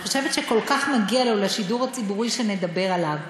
אני חושבת שכל כך מגיע לו לשידור הציבורי שנדבר עליו.